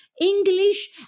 English